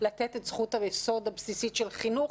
לתת את זכות היסוד הבסיסית של חינוך.